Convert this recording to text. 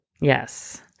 Yes